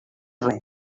res